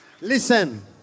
Listen